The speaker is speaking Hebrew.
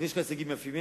ויש לך הישגים יפים.